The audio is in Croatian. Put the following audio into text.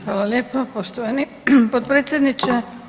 Hvala lijepo poštovani potpredsjedniče.